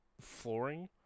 flooring